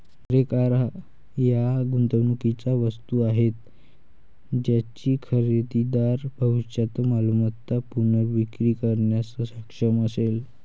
घरे, कार या गुंतवणुकीच्या वस्तू आहेत ज्याची खरेदीदार भविष्यात मालमत्ता पुनर्विक्री करण्यास सक्षम असेल